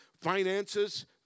Finances